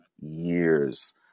years